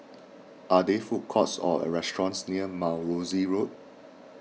are they food courts or or restaurants near Mount Rosie Road